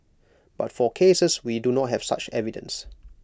but for cases we do not have such evidence